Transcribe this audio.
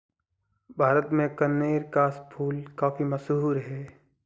भारत में कनेर का फूल काफी मशहूर है